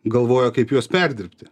galvoja kaip juos perdirbti